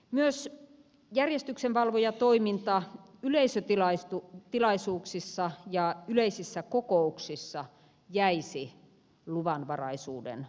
myös järjestyksenvalvojatoiminta yleisötilaisuuksissa ja yleisissä kokouksissa jäisi luvanvaraisuuden ulkopuolelle